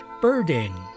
birding